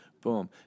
Boom